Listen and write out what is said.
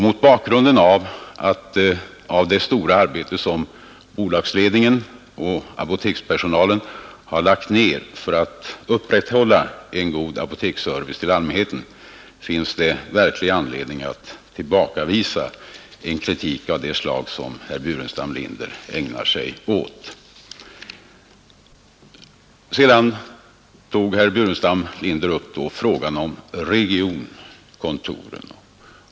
Mot bakgrunden av det omfattande arbete som bolagsledningen och apotekspersonalen har lagt ned för att upprätthålla en god apoteksservice till allmänheten finns det verklig anledning att tillbakavisa en kritik av det slag som herr Burenstam Linder ägnar sig åt. Sedan tog herr Burenstam Linder upp frågan om regionkontoren.